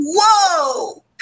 Whoa